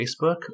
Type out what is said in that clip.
Facebook